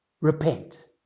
Repent